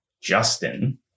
Justin